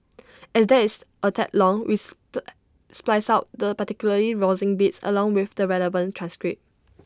as that is A tad long with the spliced out the particularly rousing bits along with the relevant transcript